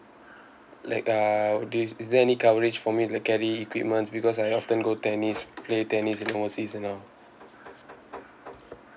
like uh this is there any coverage for me like carried equipments because I often go tennis play tennis in overseas and all